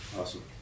awesome